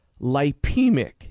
lipemic